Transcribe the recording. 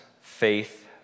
faith